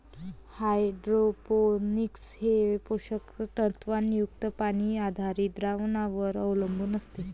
hydroponics हे पोषक तत्वांनी युक्त पाणी आधारित द्रावणांवर अवलंबून असते